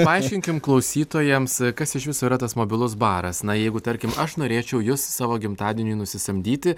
paaiškinkim klausytojams kas iš viso yra tas mobilus baras na jeigu tarkim aš norėčiau jus savo gimtadieniui nusisamdyti